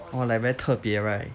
!wah! like very 特别 right